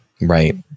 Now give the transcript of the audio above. Right